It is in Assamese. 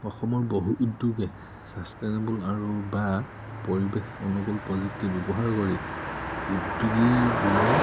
অসমৰ বহু উদ্যোগে চাষ্টেইনেবল আৰু বা পৰিৱেশ অনুকূল প্ৰযুক্তি ব্যৱহাৰ কৰি উদ্যোগীবোৰৰ